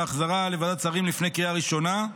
והחזרה לוועדת שרים לפני קריאה ראשונה.